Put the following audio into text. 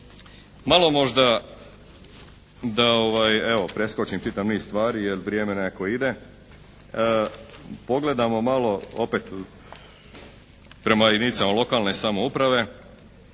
Malo možda da evo preskočim čitav niz stvari jer vrijeme nekako ide, pogledamo malo opet prema jedinicama lokalne samouprave.